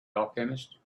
alchemist